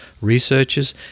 researchers